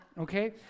okay